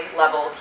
level